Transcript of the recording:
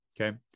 Okay